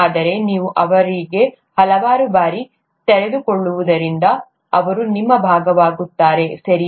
ಆದರೆ ನೀವು ಅವರಿಗೆ ಹಲವಾರು ಬಾರಿ ತೆರೆದುಕೊಳ್ಳುವುದರಿಂದ ಅವರು ನಿಮ್ಮ ಭಾಗವಾಗುತ್ತಾರೆ ಸರಿ